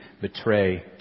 betray